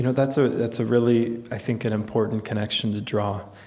you know that's ah that's a really i think an important connection to draw.